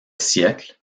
siècle